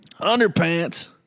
Underpants